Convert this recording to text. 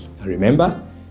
Remember